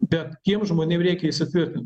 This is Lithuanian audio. bet tiem žmonėm reikia įsitvirtint